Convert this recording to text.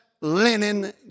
linen